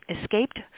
escaped